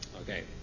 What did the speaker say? Okay